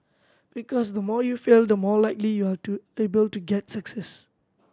because the more you fail the more likely you are to able to get success